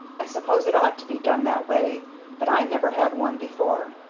i suppose it ought to be done that way but i never had one before.